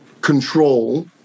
control